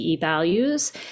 Values